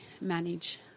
manage